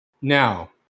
Now